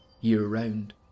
year-round